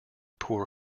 poor